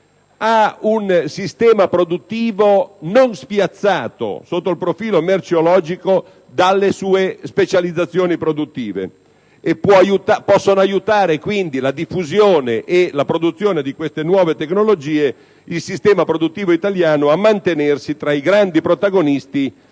ha un sistema produttivo non spiazzato sotto il profilo merceologico dalle sue specializzazioni produttive. Pertanto, la diffusione e la produzione di queste nuove tecnologie possono aiutare il sistema produttivo italiano a mantenersi tra i grandi protagonisti